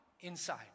inside